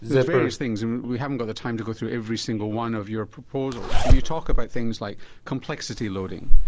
it's various things, and we haven't got the time to go through every single one of your proposals, but you talk about things like complexity loading,